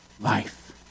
life